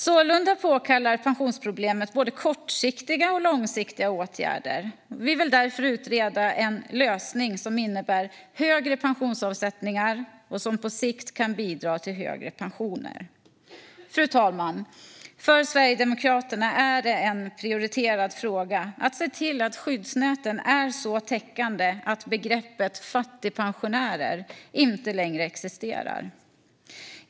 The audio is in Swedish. Sålunda påkallar pensionsproblemet både kortsiktiga och långsiktiga åtgärder. Vi vill därför utreda en lösning som innebär högre pensionsavsättningar och som på sikt kan bidra till högre pensioner. Fru talman! För Sverigedemokraterna är det en prioriterad fråga att se till att skyddsnäten är så täckande att begreppet fattigpensionärer inte längre existerar.